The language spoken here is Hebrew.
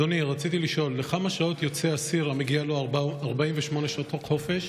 רצוני לשאול: 1. לכמה שעות יוצא אסיר המגיעות לו 48 שעות חופש,